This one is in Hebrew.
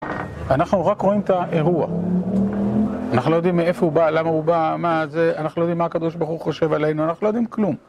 אנחנו רק רואים את האירוע אנחנו לא יודעים מאיפה הוא בא למה הוא בא, מה זה אנחנו לא יודעים מה הקדוש ברוך הוא חושב עלינו אנחנו לא יודעים כלום